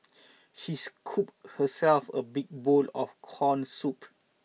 she scooped herself a big bowl of corn soup